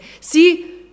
see